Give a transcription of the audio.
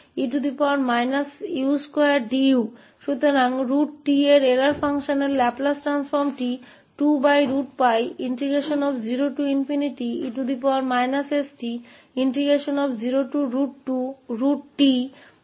तो √𝑡 के error function का Laplace transform 2√𝜋0e u20√𝑡e x2dx dt के बराबर है